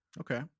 Okay